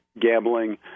gambling